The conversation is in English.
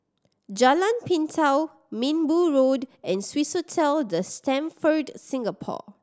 Jalan Pintau Minbu Road and Swissotel The Stamford Singapore